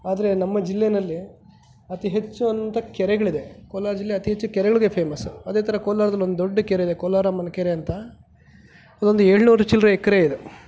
ಆದರೆ ನಮ್ಮ ಜಿಲ್ಲೇನಲ್ಲಿ ಅತಿ ಹೆಚ್ಚು ಅಂತ ಕೆರೆಗಳಿದೆ ಕೋಲಾರ ಜಿಲ್ಲೆ ಅತಿ ಹೆಚ್ಚು ಕೆರೆಗಳಿಗೆ ಫೇಮಸ್ಸು ಅದೇ ಥರ ಕೋಲಾರ್ದಲ್ಲಿ ಒಂದು ದೊಡ್ಡ ಕೆರೆ ಇದೆ ಕೋಲಾರಮ್ಮನ ಕೆರೆ ಅಂತ ಅದೊಂದು ಏಳುನೂರು ಚಿಲ್ಲರೆ ಎಕರೆ ಇದೆ